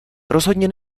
rozhodně